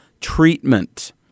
treatment